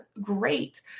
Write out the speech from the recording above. Great